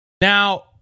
Now